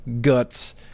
guts